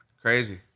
Crazy